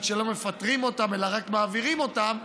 שלא מפטרים אותם אלא רק מעבירים אותם,